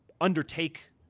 undertake